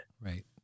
Right